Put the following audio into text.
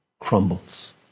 crumbles